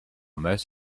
most